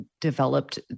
developed